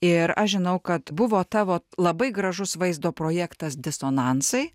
ir aš žinau kad buvo tavo labai gražus vaizdo projektas disonansai